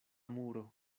muro